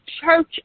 church